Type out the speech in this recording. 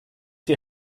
die